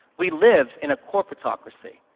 we live in a corporatetocracy.